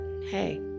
Hey